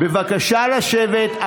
בבקשה לשבת.